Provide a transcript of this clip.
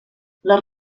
les